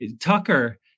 Tucker